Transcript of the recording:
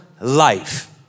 life